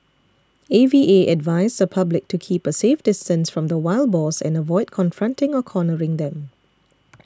A V A advised the public to keep a safe distance from the wild boars and avoid confronting or cornering them